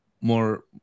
more